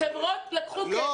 חברות לקחו כסף,